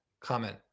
comment